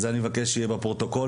אני מבקש שיהיה בפרוטוקול